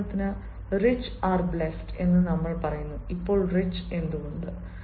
ഉദാഹരണത്തിന് rich are blessed എന്ന് നമ്മൾ പറയുന്നു ഇപ്പോൾ റിച് എന്തുകൊണ്ട്